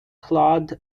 claude